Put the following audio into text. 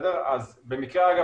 במקרה אגב,